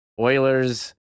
oilers